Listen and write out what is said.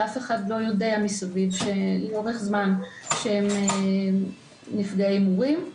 ואף אחד לא יודע מסביב לאורך זמן שהם נפגעי הימורים.